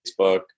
Facebook